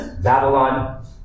Babylon